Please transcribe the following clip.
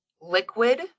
liquid